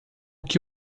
que